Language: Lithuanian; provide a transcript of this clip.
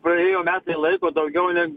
praėjo metai laiko daugiau net